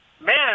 Man